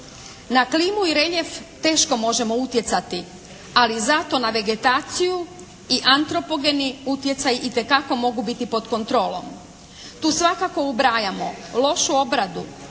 Na klimu i reljef teško možemo utjecati. Ali zato na vegataciju i antropogeni utjecaj itekako mogu biti pod kontrolom. Tu svakako ubrajamo lošu obradu.